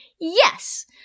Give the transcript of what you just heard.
Yes